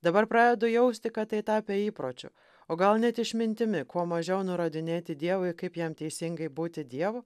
dabar pradedu jausti kad tai tapę įpročiu o gal net išmintimi kuo mažiau nurodinėti dievui kaip jam teisingai būti dievu